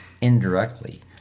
indirectly